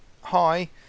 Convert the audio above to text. Hi